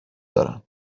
دارم